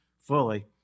fully